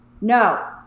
No